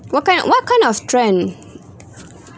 what kind what kind of trend